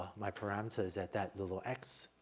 my parameters at that little x,